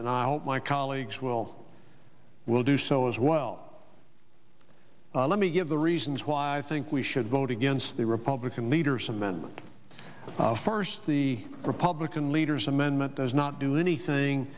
and i hope my colleagues will will do so as well let me give the reasons why i think we should vote against the republican leader's amendment first the republican leader's amendment does not do anything